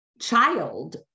child